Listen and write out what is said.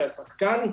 שהשחקן,